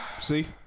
See